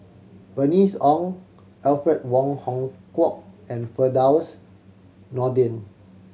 Bernice Ong Alfred Wong Hong Kwok and Firdaus Nordin